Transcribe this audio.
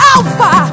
Alpha